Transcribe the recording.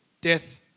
death